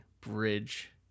bridge